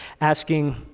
asking